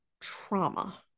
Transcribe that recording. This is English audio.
trauma